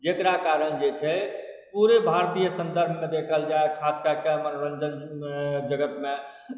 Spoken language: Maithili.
जकरा कारण जे छै पूरे भारतीय सन्दर्भमे देखल जाय खास कए के मनोरञ्जन जगतमे